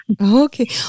Okay